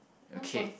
okay